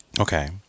Okay